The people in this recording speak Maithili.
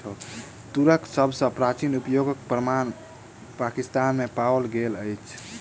तूरक सभ सॅ प्राचीन उपयोगक प्रमाण पाकिस्तान में पाओल गेल अछि